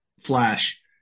flash